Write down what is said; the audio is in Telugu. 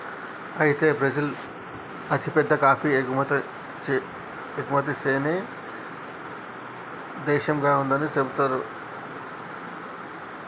అయితే బ్రిజిల్ అతిపెద్ద కాఫీ ఎగుమతి సేనే దేశంగా ఉందని సెబుతున్నారు